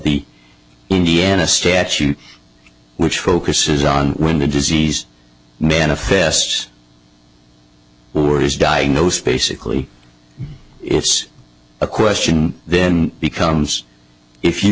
the indiana statute which focuses on when the disease manifests or is diagnosed basically it's a question then becomes if you